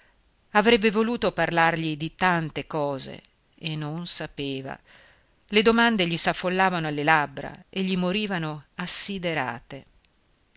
avrebbe voluto parlargli di tante cose e non sapeva le domande gli s'affollavano alle labbra e gli morivano assiderate